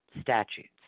statutes